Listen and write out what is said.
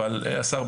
אבל השר,